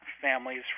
families